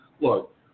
look